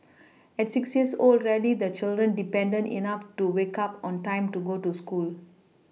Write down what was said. at six years old rarely the children independent enough to wake up on time to go to school